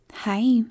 Hi